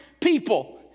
people